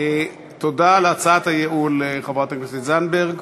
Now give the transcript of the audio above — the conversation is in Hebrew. תודה על הצעת הייעול, חברת הכנסת זנדברג.